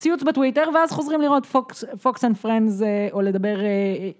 ציוץ בטוויטר ואז חוזרים לראות פוקס אנד פרינדס או לדבר.